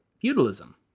feudalism